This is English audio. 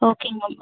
okay ma'am